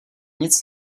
nic